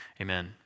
Amen